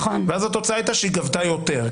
התוצאה הייתה שהיא גבתה יותר.